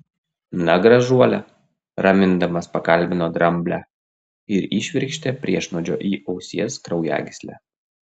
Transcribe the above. na gražuole ramindamas pakalbino dramblę ir įšvirkštė priešnuodžio į ausies kraujagyslę